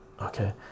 okay